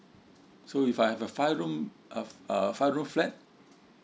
so if I have a five room (uh huh) five room flat